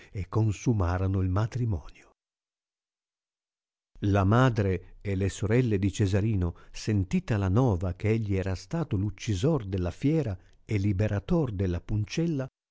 e consumarono il matrimonio la madre e le sorelle di cesarino sentita la nova che egli era stato l uccisor della fiera e liberator della puncella